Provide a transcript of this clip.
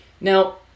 Now